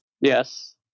Yes